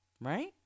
Right